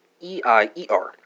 E-I-E-R